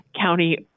county